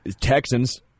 Texans